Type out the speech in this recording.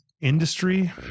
industry